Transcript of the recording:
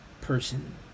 person